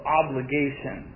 obligation